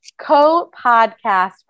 co-podcast